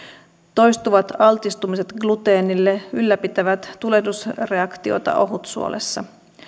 toistuvat altistumiset gluteenille ylläpitävät tulehdusreaktiota ohutsuolessa